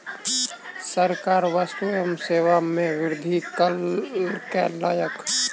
सरकार वस्तु एवं सेवा कर में वृद्धि कयलक